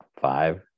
five